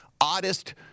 oddest